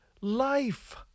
life